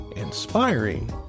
inspiring